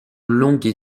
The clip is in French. longues